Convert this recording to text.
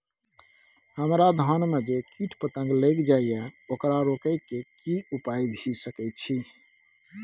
हमरा धान में जे कीट पतंग लैग जाय ये ओकरा रोके के कि उपाय भी सके छै?